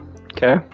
Okay